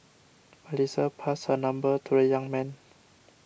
Melissa passed her number to the young man